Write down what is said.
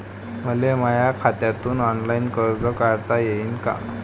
मले माया खात्यातून ऑनलाईन कर्ज काढता येईन का?